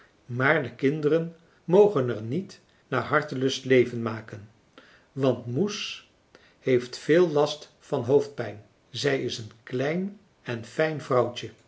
maar de kinderen mogen er niet naar hartelust leven maken want moes heeft veel last van hoofdpijn zij is een klein en fijn vrouwtje